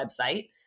website